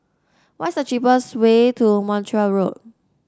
what's the cheapest way to Montreal Road